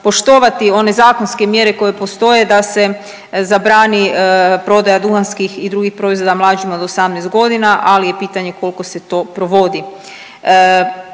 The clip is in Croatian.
poštovati one zakonske mjere koje postoje da se zabrani prodaja duhanskih i drugih proizvoda mlađima od 18 godina, ali je pitanje koliko se to provodi.